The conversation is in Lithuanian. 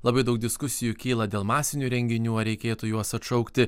labai daug diskusijų kyla dėl masinių renginių ar reikėtų juos atšaukti